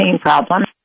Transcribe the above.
problems